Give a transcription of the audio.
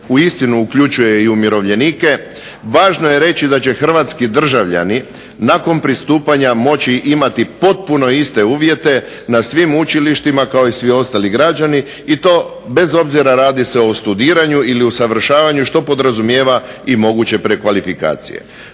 uistinu uključuje i umirovljenike važno je reći da će hrvatski državljani nakon pristupanja moći imati potpuno iste uvjete na svim učilištima kao i svi ostali građani i to bez obzira radi se o studiranju ili usavršavanju što podrazumijeva i moguće prekvalifikacije.